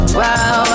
wow